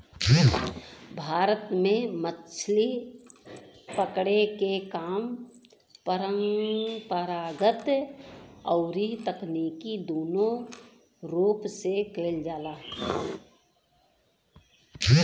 भारत में मछरी पकड़े के काम परंपरागत अउरी तकनीकी दूनो रूप से कईल जाला